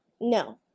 No